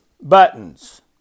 buttons